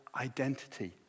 identity